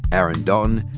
aaron dalton,